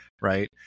Right